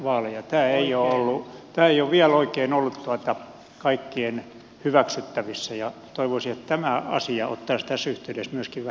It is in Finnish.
tämä ei ole vielä oikein ollut kaikkien hyväksyttävissä ja toivoisin että tämä asia ottaisi tässä yhteydessä myöskin vähän myötätuulta